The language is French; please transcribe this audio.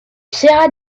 serra